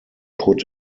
put